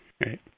right